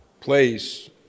place